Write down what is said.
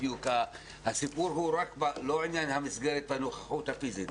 הסיפור הוא לא עניין מסגרת הנוכחות הפיזית.